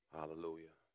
Hallelujah